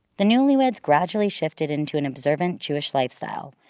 the newlyweds gradually shifted into an observant jewish lifestyle,